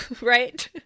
right